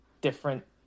different